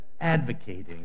advocating